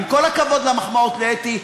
עם כל הכבוד למחמאות לאתי,